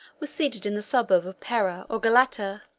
were seated in the suburb of pera or galata,